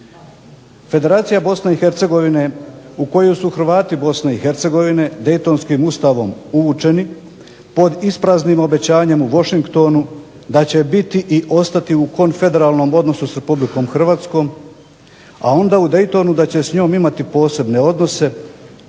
Federacija BiH u koju su Hrvati BiH Daytonskim ustavom uvučeni pod ispraznim obećanjem u Washingtonu da će biti i ostati u konfederalnom odnosu sa RH, a onda u Daytonu da će s njom imati posebne odnose